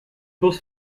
bus